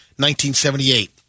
1978